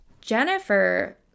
jennifer